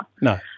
No